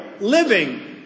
living